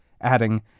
Adding